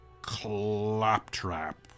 claptrap